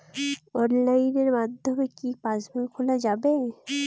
অনলাইনের মাধ্যমে কি পাসবই খোলা যাবে?